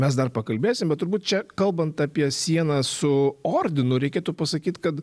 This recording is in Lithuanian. mes dar pakalbėsim bet turbūt čia kalbant apie sieną su ordinu reikėtų pasakyt kad